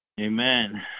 amen